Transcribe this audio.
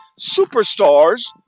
superstars